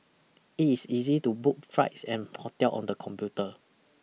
it is easy to book flights and hotels on the computer